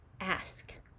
ask